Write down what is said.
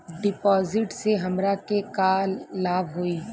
डिपाजिटसे हमरा के का लाभ होई?